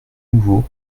nouveau